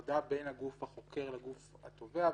להפריד בין הגוף החוקר לגוף התובע,